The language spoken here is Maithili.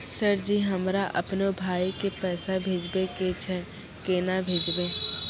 सर जी हमरा अपनो भाई के पैसा भेजबे के छै, केना भेजबे?